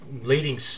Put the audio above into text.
Leading